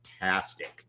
fantastic